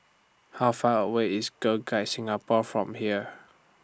How Far away IS Girl Guides Singapore from here